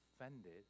offended